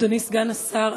אדוני סגן השר,